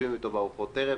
אני רק מאחל לך דבר אחד: